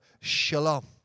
Shalom